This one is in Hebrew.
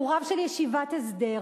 והוא רב של ישיבת הסדר.